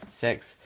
six